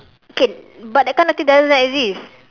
okay but that kind of thing doesn't exist